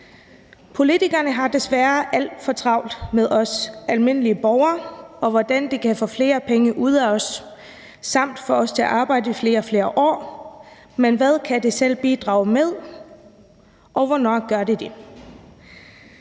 »Politikerne har desværre alt for travlt med os almindelige borgere, og hvordan de kan få flere penge ud af os, samt få os til at arbejde i flere og flere år. Men hvad kan de selv bidrage med? Og hvornår gør de det?«